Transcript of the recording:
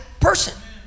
person